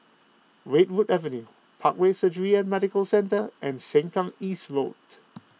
Redwood Avenue Parkway Surgery and Medical Centre and Sengkang East Road